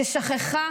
ששכחה